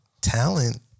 talent